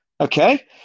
Okay